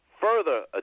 further